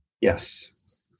Yes